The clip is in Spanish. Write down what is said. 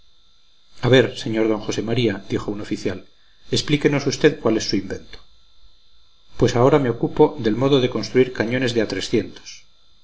a ver sr d josé maría dijo un oficial explíquenos usted cuál es su invento pues ahora me ocupo del modo de construir cañones de a